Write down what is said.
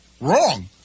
Wrong